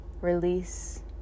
release